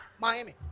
Miami